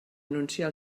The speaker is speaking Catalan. anunciar